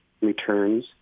returns